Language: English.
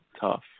tough